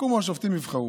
יקומו השופטים ויבחרו,,